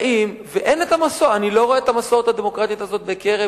באים, ואני לא רואה את המסורת הדמוקרטית הזאת בקרב